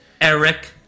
Eric